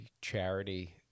charity